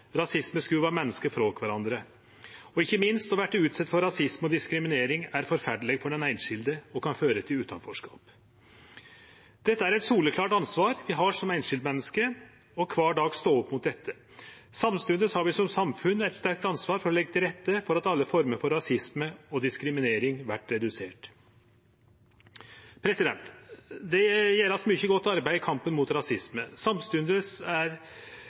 rasisme skuvar menneske frå kvarandre. Ikkje minst er det å verte utsett for rasisme og diskriminering forferdeleg for den einskilde og kan føre til utanforskap. Det er eit soleklart ansvar vi har som einskildmenneske kvar dag å stå opp mot dette. Samstundes har vi som samfunn eit stort ansvar for å leggje til rette for at alle former for rasisme og diskriminering vert reduserte. Det vert gjort mykje godt arbeid i kampen mot rasisme. Samstundes krev førebygging og kamp mot rasisme kontinuerleg innsats, og det er,